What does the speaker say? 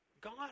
God